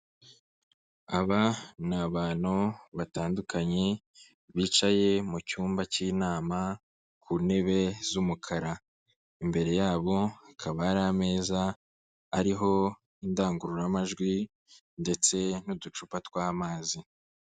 Aba ni abantu batandukanye, bicaye mu cyumba cy'inama ku ntebe z'umukara. Imbere yabo hakaba hari ameza ariho indangururamajwi ndetse n'uducupa tw'amazi.